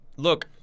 Look